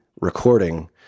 recording